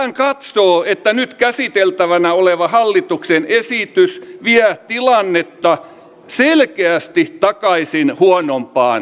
hän katsoo että nyt käsiteltävänä oleva hallituksen esitys vie tilannetta selkeästi takaisin huonompaan suuntaan